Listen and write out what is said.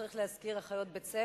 צריך להזכיר שזה אחיות בית-ספר,